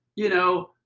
you know,